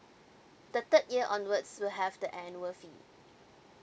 the third year onwards will have the annual fee